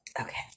Okay